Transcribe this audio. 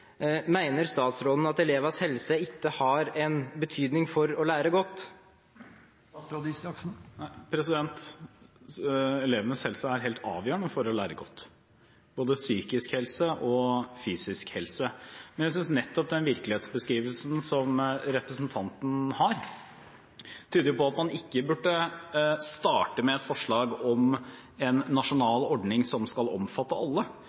statsråden at elevenes helse ikke har en betydning for å lære godt? Elevenes helse er helt avgjørende for å lære godt – både psykisk helse og fysisk helse. Jeg synes nettopp den virkelighetsbeskrivelsen som representanten gir, tyder på at man ikke burde starte med et forslag om en nasjonal ordning som skal omfatte alle.